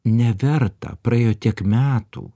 neverta praėjo tiek metų